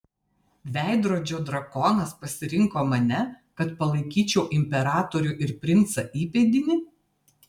veidrodžio drakonas pasirinko mane kad palaikyčiau imperatorių ir princą įpėdinį